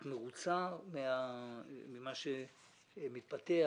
את מרוצה ממה שמתפתח,